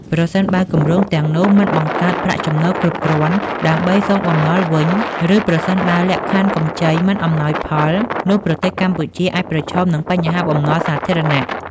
ប្រសិនបើគម្រោងទាំងនោះមិនបង្កើតប្រាក់ចំណូលគ្រប់គ្រាន់ដើម្បីសងបំណុលវិញ ឬប្រសិនបើលក្ខខណ្ឌកម្ចីមិនអំណោយផល នោះប្រទេសកម្ពុជាអាចប្រឈមនឹងបញ្ហាបំណុលសាធារណៈ។